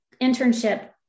internship